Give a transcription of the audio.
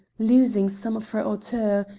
losing some of her hauteur,